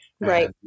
right